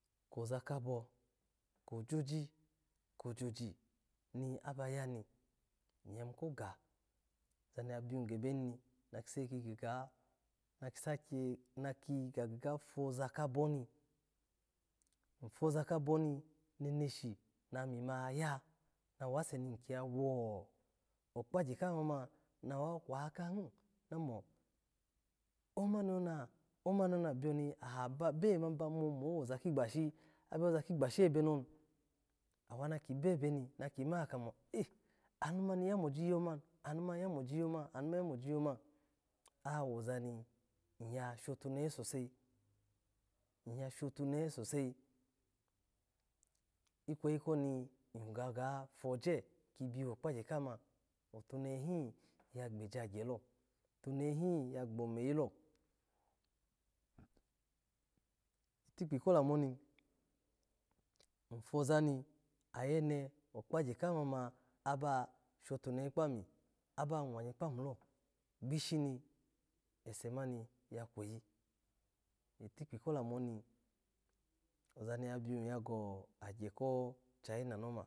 Koza kobo kojoji, kojoji maba ya ni, iya yimu ko ga, oza ni ya biyo gaba ni ma ke saka kigu, naki sake miki ga gafoza kaboni ifoza kaboni neneshi namima a nawafe ni ikiyawa kpagye ka mama, nakiwa kwa kaka hi amo amani yana, omani yona biyo ni aha bebe bamo woza kigbashi, aba yoza kigbashi ebe ni oni, awa ni ki kebeni naki kamo anu mani yamoji yomani, anu mani yamoji yomani, anu moni yamoji yoma, oya woza ni iya sohtunehe sosai, iya shotunehe sosai. ikweyi koni iga gafoje bialo kpagye kaha mani, atuwehe ya gbeji agye, atuwehehi ya gbomeyilo. Itikpi kolamu oni, ifozani ayene okpagye mani ma aba shotunehe kpami aba mwanyi kpami lo gboshimi ese mani ya kweyi. Itikpi ko lamu oni, oza ni ya biyu ga gye ko chayina ni oma.